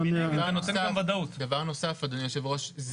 דבר נוסף אדוני היושב-ראש,